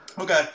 Okay